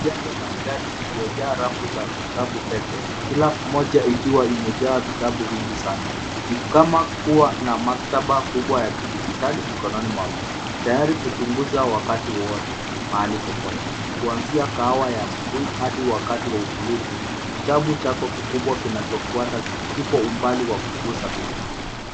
Janja maridadi iliyojaa rafu za vitabu pepe, kila moja ikiwa imejaa vitabu vingi sana. Ni kama kuwa na maktaba kubwa ya kidijitali mikononi mwako. Tayari kuchunguza wakati wowote mahali popote. Kwanzia kahawa ya asubuhi hadi wakati wa utulivu, kitabu chako kikubwa kinachofuata kipo umbali wa kugusa tu.